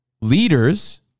Leaders